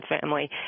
family